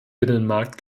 binnenmarkt